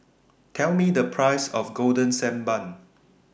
Tell Me The Price of Golden Sand Bun